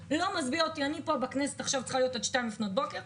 אני צריכה להיות בכנסת עד 02:00 לפנות בוקר,